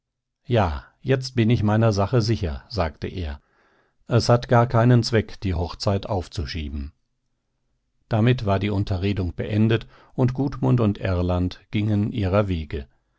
ja jetzt bin ich meiner sache sicher sagte er es hat gar keinen zweck die hochzeit aufzuschieben damit war die unterredung beendet und gudmund und erland gingen ihrer wege